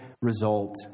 result